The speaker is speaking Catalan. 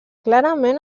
clarament